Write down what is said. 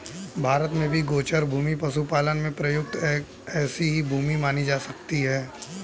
भारत में भी गोचर भूमि पशुपालन में प्रयुक्त ऐसी ही भूमि मानी जा सकती है